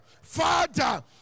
Father